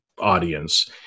audience